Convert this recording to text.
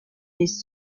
les